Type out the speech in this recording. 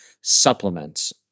supplements